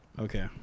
Okay